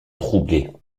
troubler